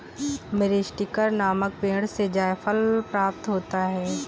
मीरीस्टिकर नामक पेड़ से जायफल प्राप्त होता है